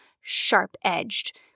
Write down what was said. sharp-edged